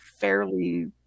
fairly